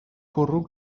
bwrw